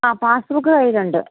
ആ പാസ്ബുക്ക് കയ്യിലുണ്ട്